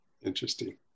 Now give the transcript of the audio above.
Interesting